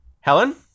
Helen